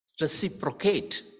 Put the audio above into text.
reciprocate